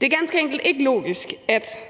Det er ganske enkelt ikke logisk, at